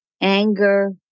anger